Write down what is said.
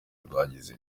rwagize